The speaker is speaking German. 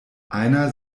einer